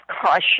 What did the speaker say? caution